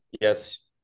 yes